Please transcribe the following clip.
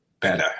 better